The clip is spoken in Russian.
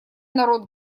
народ